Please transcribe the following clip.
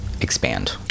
expand